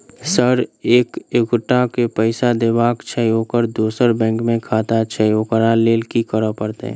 Sir एक एगोटा केँ पैसा देबाक छैय ओकर दोसर बैंक मे खाता छैय ओकरा लैल की करपरतैय?